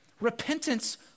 Repentance